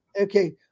Okay